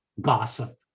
gossip